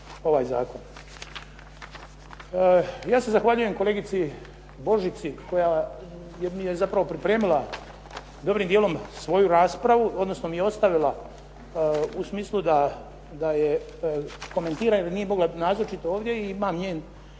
ovaj zakon. Ja se zahvaljujem kolegici Božici koja mi je zapravo pripremila dobrim dijelom svoju raspravu, odnosno mi ostavila u smislu da je komentira jer nije mogla nazočiti ovdje i imam njen